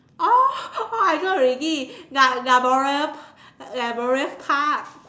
oh oh I know already la~ la~ Labrador Park